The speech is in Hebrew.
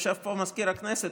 יושב פה מזכיר הכנסת,